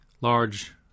large